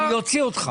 אני אוציא אותך.